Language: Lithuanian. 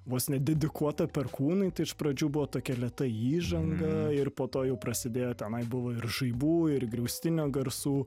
vos ne dedikuota perkūnui tai iš pradžių buvo tokia lėta įžanga ir po to jau prasidėjo tenai buvo ir žaibų ir griaustinio garsų